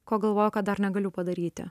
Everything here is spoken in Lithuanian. ko galvoju kad dar negaliu padaryti